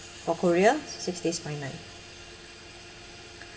for korea six days five night